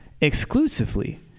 exclusively